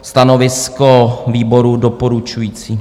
Stanovisko výboru: doporučující.